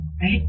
right